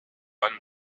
einem